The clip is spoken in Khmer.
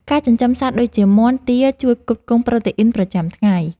ការចិញ្ចឹមសត្វដូចជា មាន់ ទា ជួយផ្គត់ផ្គង់ប្រូតេអ៊ីនប្រចាំថ្ងៃ។